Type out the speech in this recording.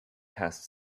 past